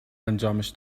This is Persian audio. انجامش